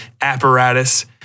apparatus